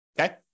Okay